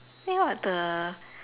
eh what the